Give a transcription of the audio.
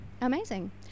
Amazing